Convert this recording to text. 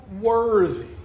worthy